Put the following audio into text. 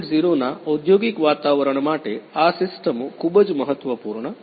0 ના ઔદ્યોગિક વાતાવરણ માટે આ સિસ્ટમો ખૂબ જ મહત્વપૂર્ણ છે